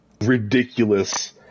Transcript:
ridiculous